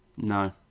No